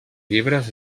llibres